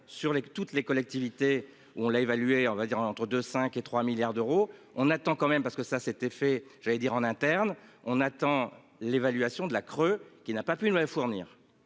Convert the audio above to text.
que toutes les collectivités, on l'a évalué on va dire entre 2 5 et 3 milliards d'euros, on attend quand même parce que ça c'était fait, j'allais dire en interne on attend l'évaluation de la creux qui n'a pas pu nous la fournir